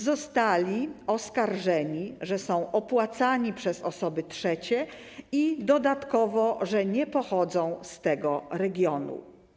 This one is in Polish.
Zostali oskarżeni, że są opłacani przez osoby trzecie, a dodatkowo że nie pochodzą z tego regionu.